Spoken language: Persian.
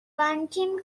بانکیم